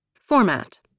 Format